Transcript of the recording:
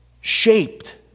shaped